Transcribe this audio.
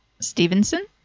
Stevenson